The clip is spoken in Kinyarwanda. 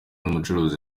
umucuruzi